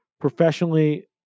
professionally